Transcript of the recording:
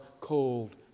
cold